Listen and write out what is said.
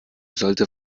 sollte